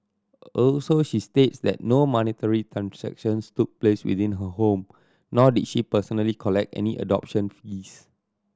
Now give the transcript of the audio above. also she states that no monetary transactions took place within her home nor did she personally collect any adoption fees